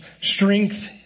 strength